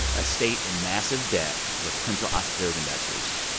a state in massive debt with potential austerity measures,